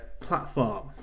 platform